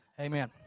Amen